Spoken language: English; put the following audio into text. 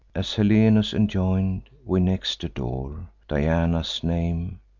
as helenus enjoin'd, we next adore diana's name,